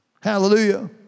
Hallelujah